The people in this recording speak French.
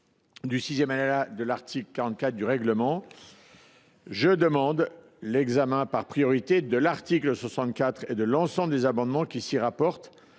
et en vertu de l’article 44, alinéa 6, du règlement, je demande l’examen par priorité de l’article 64 et de l’ensemble des amendements qui s’y rapportent,